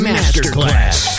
Masterclass